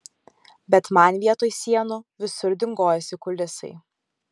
bet man vietoj sienų visur dingojasi kulisai